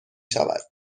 شود